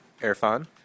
Erfan